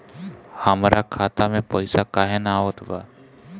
हमरा खाता में पइसा काहे ना आवत बा?